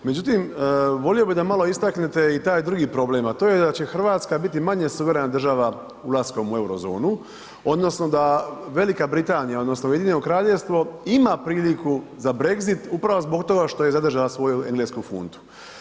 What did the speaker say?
Međutim, volio bi da malo istaknete i taj drugi problem a to je da će Hrvatska biti manje suverena država ulaskom u euro zonu odnosno da Velika Britanija odnosno Ujedinjeno Kraljevstvo ima priliku za Brexit upravo zbog toga što je zadržala svoju englesku funtu.